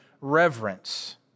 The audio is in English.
reverence